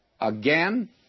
Again